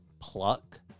pluck